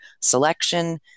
selection